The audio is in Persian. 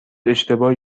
اشتباهی